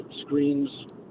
screens